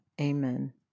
amen